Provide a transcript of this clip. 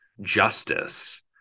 justice